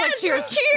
Cheers